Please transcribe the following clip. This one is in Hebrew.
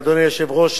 אדוני היושב-ראש,